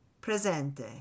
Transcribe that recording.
Presente